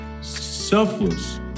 selfless